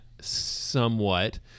somewhat